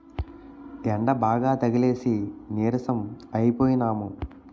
యెండబాగా తగిలేసి నీరసం అయిపోనము